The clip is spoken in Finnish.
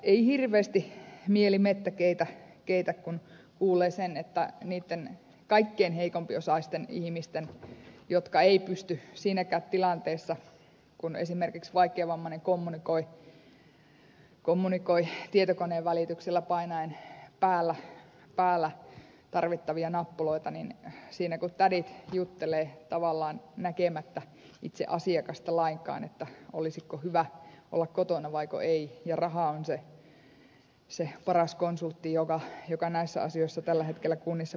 ei hirveästi mieli mettä keitä kun kuulee sen että niitten kaikkein heikko osaisimpien ihmisten kohdalla siinäkin tilanteessa kun esimerkiksi vaikeavammainen kommunikoi tietokoneen välityksellä painaen päällä tarvittavia nappuloita tädit juttelevat tavallaan näkemättä itse asiakasta lainkaan olisiko hyvä olla kotona vaiko ei ja raha on se paras konsultti joka näissä asioissa tällä hetkellä kunnissa puhuttelee